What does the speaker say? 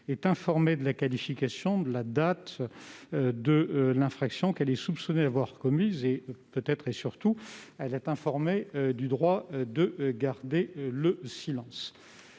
est informée de la qualification et de la date de l'infraction qu'elle est soupçonnée d'avoir commise. Surtout, elle est informée de son droit de garder le silence.